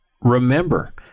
remember